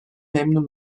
memnun